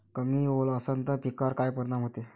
कमी ओल असनं त पिकावर काय परिनाम होते?